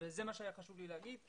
וזה מה שהיה חשוב לי להגיד.